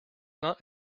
not